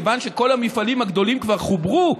כיוון שכל המפעלים הגדולים כבר חוברו,